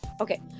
Okay